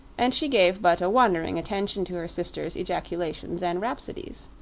and she gave but a wandering attention to her sister's ejaculations and rhapsodies.